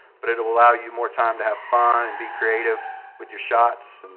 but it'll allow you more time to have fun and be creative with your shots.